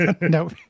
No